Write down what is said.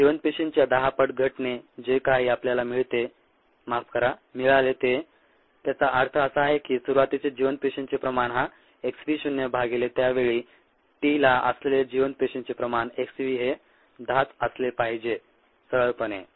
जिवंत पेशींच्या 10 पट घटने जे काही आपल्याला मिळाले ते त्याचा अर्था असा आहे की सुरुवातीचे जिवंत पेशींचे प्रमाण हा xv शून्य भागीले त्या वेळी t ला असलेले जिवंत पेशींचे प्रमाण xv हे 10 च असले पाहिजे सरळपणे